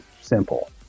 simple